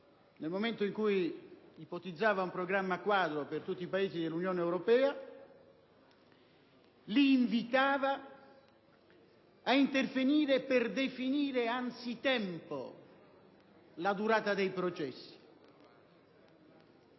nel momento in cui ipotizzava un Programma quadro per tutti i Paesi dell'Unione europea, li invitava ad intervenire per definire anticipatamente la durata dei processi.